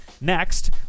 Next